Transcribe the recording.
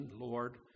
Lord